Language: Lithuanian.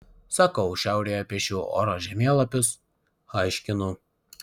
sakau šiaurėje piešiu oro žemėlapius aiškinu